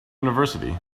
university